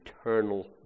eternal